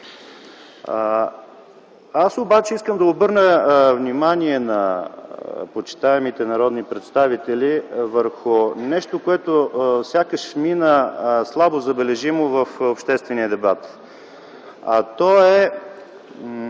Аз обаче искам да обърна внимание на почитаемите народни представители върху нещо, което сякаш мина слабо забележимо в обществения дебат. То е